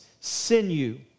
sinew